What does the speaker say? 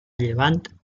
llevant